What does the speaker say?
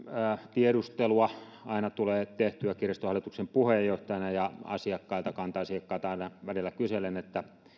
tiedustelua tulee aina tehtyä kirjaston hallituksen puheenjohtajana ja kanta asiakkailta aina välillä kyselen